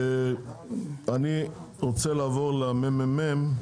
אני רוצה לעבור לממ"מ,